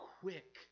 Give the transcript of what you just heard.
quick